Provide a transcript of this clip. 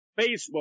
Facebook